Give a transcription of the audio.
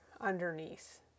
underneath